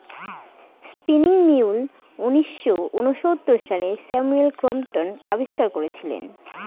spinning mule উনিশশো ঊনসত্তর সালে স্যামুয়েল ক্রম্পটন আবিষ্কার করেছিলেন